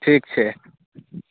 ठीक छै